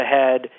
ahead